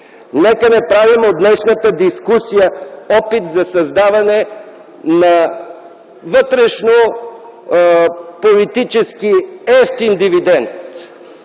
нека не правим от днешната дискусия опит за създаване на вътрешнополитически евтин дивидент.